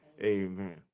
amen